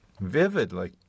vividly